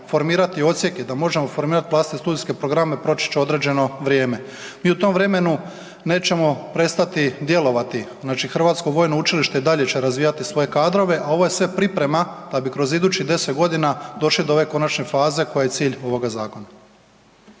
formirati odsjeke, da možemo formirati … studijske programe proći će određeno vrijeme. Mi u tom vremenu nećemo prestati djelovati, znači Hrvatsko vojno učilište i dalje će razvijati svoje kadrove, a ovo je sve priprema da bi kroz idućih deset godina došli do ove konačne faze koja je cilj ovoga zakona.